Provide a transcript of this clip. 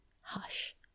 hush